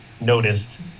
noticed